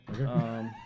Okay